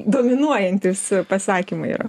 dominuojantys pasakymai yra